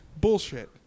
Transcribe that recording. bullshit